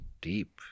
deep